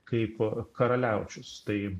kaip karaliaučius tai